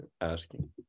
asking